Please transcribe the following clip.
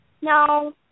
No